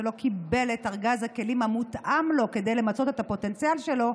שלא קיבל את ארגז הכלים המותאם לו כדי למצות את הפוטנציאל שלו,